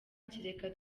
kereka